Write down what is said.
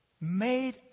made